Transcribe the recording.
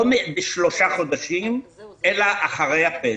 לא של שלושה חודשים אלא אחרי הפסח.